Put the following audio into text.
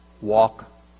walk